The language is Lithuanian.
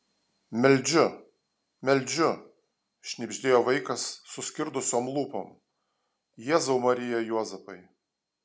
meldžiu meldžiu šnibždėjo vaikas suskirdusiom lūpom jėzau marija juozapai